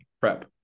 prep